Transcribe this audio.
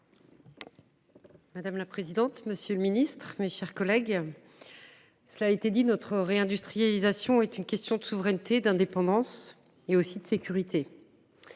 Madame la présidente, monsieur le ministre, mes chers collègues, cela a été dit, notre réindustrialisation est une question de souveraineté et d’indépendance, mais aussi de sécurité.